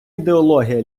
ідеологія